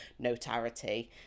notarity